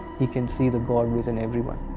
he can see the god within everyone.